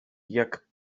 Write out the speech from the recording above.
jak